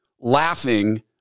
laughing